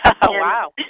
Wow